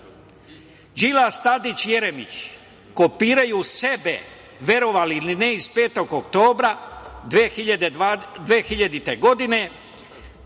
Đilas, Tadić, Jeremić kopiraju sebe, verovali ili ne iz 5. oktobra 2000. godine.